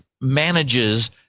manages